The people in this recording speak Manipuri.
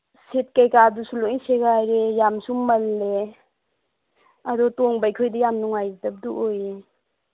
ꯁꯤꯠ ꯀꯩꯀꯥꯗꯨꯁꯨ ꯂꯣꯏꯅ ꯁꯦꯒꯥꯏꯔꯦ ꯌꯥꯝꯁꯨ ꯃꯜꯂꯦ ꯑꯗꯨ ꯇꯣꯡꯕ ꯑꯩꯈꯣꯏꯗꯤ ꯌꯥꯝ ꯅꯨꯡꯉꯥꯏꯏꯇꯕꯗꯨ ꯑꯣꯏꯔꯦ